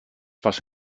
pas